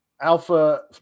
Alpha